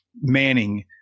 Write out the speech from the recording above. Manning